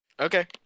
Okay